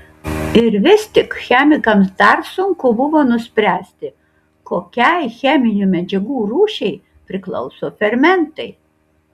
ir vis tik chemikams dar sunku buvo nuspręsti kokiai cheminių medžiagų rūšiai priklauso fermentai